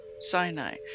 Sinai